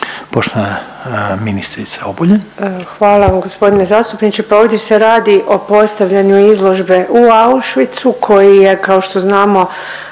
Koržinek, Nina (HDZ)** Hvala vam gospodine zastupniče, pa ovdje se radi o postavljanju izložbe u Auschwitzu koji je kao što znamo